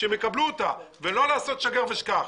שהם יקבלו אותה ולא לעשות שגר ושכח.